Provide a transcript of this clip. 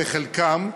לחלקם,